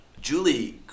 Julie